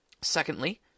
Secondly